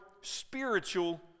spiritual